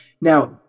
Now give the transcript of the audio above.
now